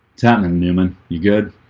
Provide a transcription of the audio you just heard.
sam and newman you good.